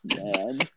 Man